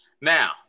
now